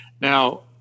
Now